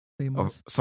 famous